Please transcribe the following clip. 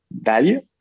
value